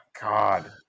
God